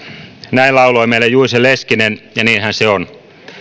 näin lauloi meille juice leskinen ja niinhän se on